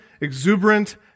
exuberant